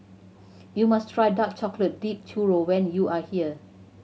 you must try dark chocolate dip churro when you are here